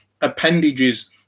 appendages